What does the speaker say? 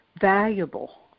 valuable